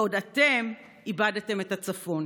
בעוד שאתם איבדתם את הצפון.